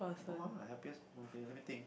no lah happiest moment let me think